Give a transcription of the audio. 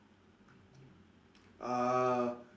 uh